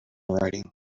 writing